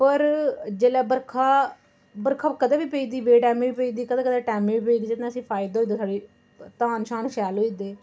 पर जेल्लै बरखा बरखा कदें बी पेई दी बे टैंमे बी पेई जंदी कदें कदें टैमें बी पेई जंदी जेह्दे कन्नै असें ई फायदा होई जंदा धान शान शैल होई दे